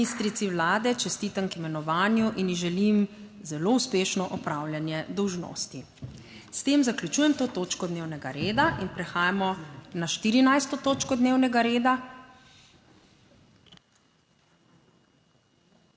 Ministrici Vlade čestitam k imenovanju in ji želim zelo uspešno opravljanje dolžnosti. S tem zaključujem to točko dnevnega reda. In prehajamo na 14. točko dnevnega reda